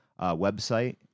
website